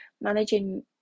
managing